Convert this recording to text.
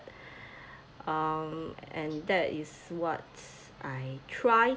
um and that is what I try